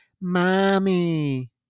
Mommy